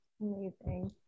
Amazing